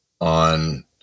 on